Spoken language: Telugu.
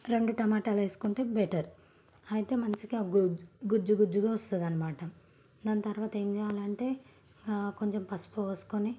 రెండు టమాటాలు వేసుకుంటే బెటర్ అయితే మంచిగా గుజ్జు గుజ్జుగా వస్తుందన్నమాట దాని తరువాత ఏం చేయాలంటే కొంచెం పసుపు పోసుకొని